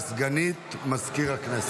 להלן תוצאות ההצבעה: 34 בעד, 49 נגד.